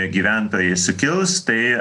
gyventojai sukils tai